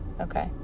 Okay